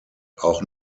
auch